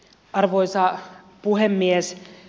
arvoisa puhemies